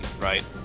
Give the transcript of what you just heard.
right